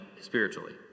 spiritually